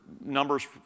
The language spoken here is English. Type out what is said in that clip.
numbers